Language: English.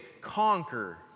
conquer